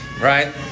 Right